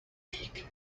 week